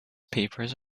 papers